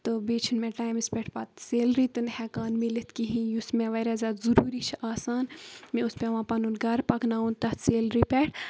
تہٕ بیٚیہِ چھِنہٕ مےٚ ٹایمَس پٮ۪ٹھ پَتہٕ سیلری تہِ نہٕ ہٮ۪کان مِلِتھ کِہیٖنۍ یُس مےٚ واریاہ زیادٕ ضروٗری چھِ آسان مےٚ اوس پیٚوان پَنُن گَر پَکناوُن تَتھ سیلری پٮ۪ٹھ